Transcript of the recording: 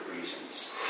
reasons